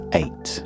eight